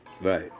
Right